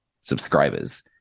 subscribers